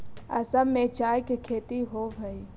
असम में चाय के खेती होवऽ हइ